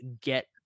get